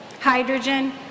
hydrogen